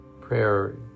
prayer